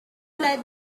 led